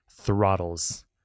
throttles